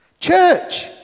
Church